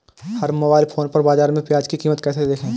हम mobile phone पर बाज़ार में प्याज़ की कीमत कैसे देखें?